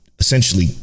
essentially